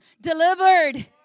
delivered